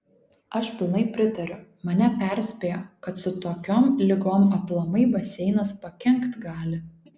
aš pilnai pritariu mane perspėjo kad su tokiom ligom aplamai baseinas pakenkt gali